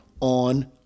on